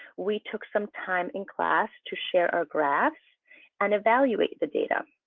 we took some time in class to share our graphs and evaluate the data.